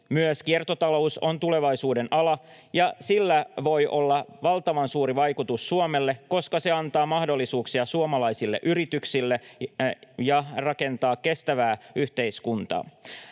Myös kiertotalous on tulevaisuuden ala, ja sillä voi olla valtavan suuri vaikutus Suomelle, koska se antaa mahdollisuuksia suomalaisille yrityksille rakentaa kestävää yhteiskuntaa.